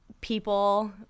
people